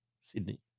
Sydney